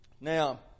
Now